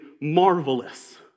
marvelous